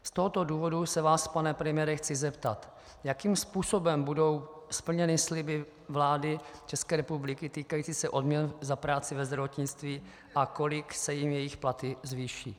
Z tohoto důvodu se vás, pane premiére, chci zeptat, jakým způsobem budou splněny sliby vlády České republiky týkající se odměn za práci ve zdravotnictví a o kolik se jim jejich platy zvýší.